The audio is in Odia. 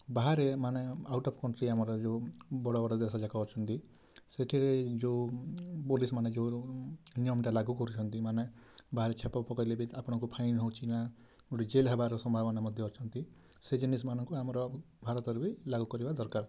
ବାହାରେ ମାନେ ଆଉଟ୍ ଅଫ୍ କଣ୍ଟ୍ରି ଆମର ଯେଉଁ ବଡ଼ ବଡ଼ ଦେଶ ଯାକ ଅଛନ୍ତି ସେଇଠିରେ ଯେଉଁ ପୋଲିସ ମାନେ ଯେଉଁ ନିୟମଟା ଲାଗୁ କରୁଛନ୍ତି ମାନେ ବାହାରେ ଛେପ ପକାଇଲେ ବି ଆପଣଙ୍କୁ ଫାଇନ୍ ହଉଛି ନା ଗୋଟେ ଜେଲ୍ ହବାର ସମ୍ଭାବନା ମଧ୍ୟ ଅଛନ୍ତି ସେ ଜିନିଷ ମାନକୁ ଆମର ଭାରତରେ ବି ଲାଗୁ କରିବା ଦରକାର